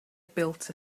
built